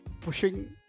pushing